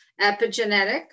epigenetics